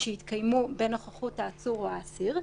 שיתקיימו בנוכחות העצור או האסיר,